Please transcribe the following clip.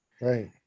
right